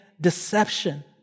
deception